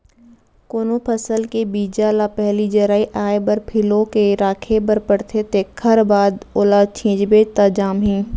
कोनो फसल के बीजा ल पहिली जरई आए बर फिलो के राखे बर परथे तेखर बाद ओला छिंचबे त जामही